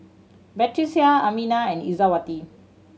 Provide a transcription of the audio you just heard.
Batrisya Aminah and Izzati